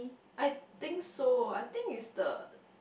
I think so I think it's the